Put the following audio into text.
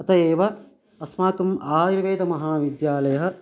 अत एव अस्माकम् आयुर्वेदमहाविद्यालयः